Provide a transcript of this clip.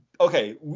okay